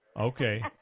Okay